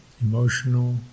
emotional